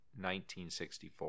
1964